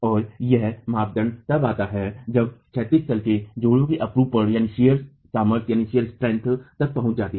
और यह मानदंड तब आता है जब क्षैतिज तल के जोड़ों की अपरूपण सामर्थ्य तक पहुंच जाती है